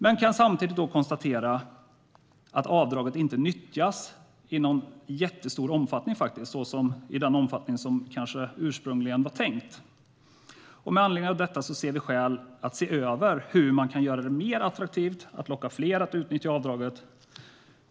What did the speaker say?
Men vi kan samtidigt konstatera att avdraget inte nyttjas i någon jättestor omfattning och i den omfattning som kanske ursprungligen var tänkt. Med anledning av detta ser vi skäl att se över hur man kan göra det mer attraktivt att locka fler till att utnyttja avdraget.